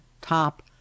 top